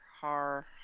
har